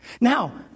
Now